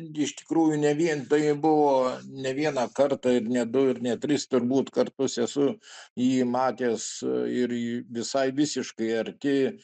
iš tikrųjų ne vien tai buvo ne vieną kartą ir ne du ir ne tris turbūt kartus esu jį matęs ir visai visiškai arti